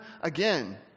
again